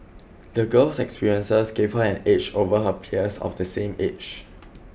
the girl's experiences gave her an edge over her peers of the same age